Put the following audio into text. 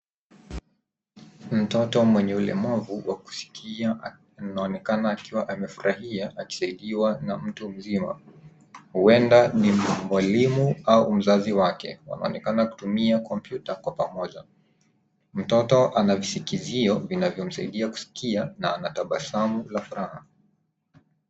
Mtoto mwenye ulemavu wa kusikia anaoneka akiwa amefurahia akisaidiwa na mtu mzima. Huenda ni mwalimu au mzazi wake. Wanaonekana kutumia kompyuta kwa pamoja. Mtoto ana viskizio vinavyomsaidia kusikia na anatabasamu.